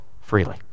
freely